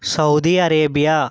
Saudi Arabia